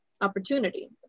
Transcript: opportunity